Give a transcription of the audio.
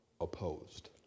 opposed